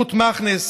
רות מכנס,